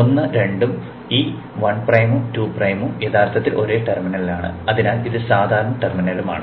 1 2 ഉം ഈ 1' ഉം 2' ഉം യഥാർത്ഥത്തിൽ ഒരേ ടെർമിനലാണ് അതിനാൽ ഇത് സാധാരണ ടെർമിനലും ആണ്